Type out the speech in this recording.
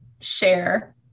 share